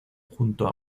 junto